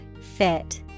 fit